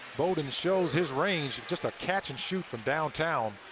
bouldin shows his range. just a catch and shoot from downtown.